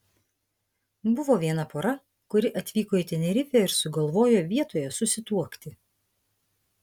buvo viena pora kuri atvyko į tenerifę ir sugalvojo vietoje susituokti